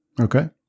Okay